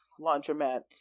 Laundromat